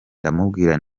ndamubwira